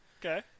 Okay